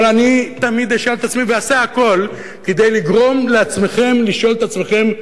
אבל אני תמיד אשאל עצמי ואעשה הכול כדי לגרום לעצמכם לשאול את עצמכם,